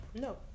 No